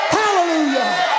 hallelujah